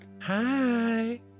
Hi